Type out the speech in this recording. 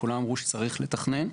כולם אמרו שצריך לתכנן,